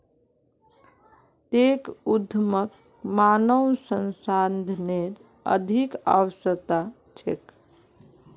tech उद्यमक मानव संसाधनेर अधिक आवश्यकता छेक